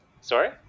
Sorry